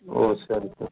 ஓ சரி சார்